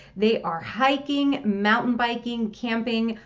they are hiking, mountain biking, camping,